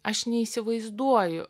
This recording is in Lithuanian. aš neįsivaizduoju